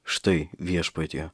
štai viešpatie